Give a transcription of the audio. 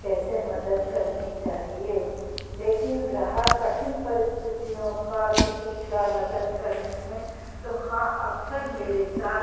कैसे मदत करनी चाहिए लेकिन रहा कठिन परिस्थितियों का किसी का मदद करने में तो हाँ अक्सर मेरे साथ